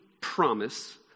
promise